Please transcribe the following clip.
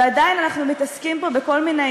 ועדיין אנחנו מתעסקים פה בכל מיני